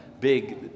Big